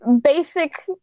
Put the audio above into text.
basic